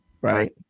right